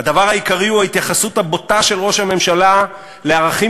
"הדבר העיקרי הוא ההתייחסות הבוטה של ראש הממשלה לערכים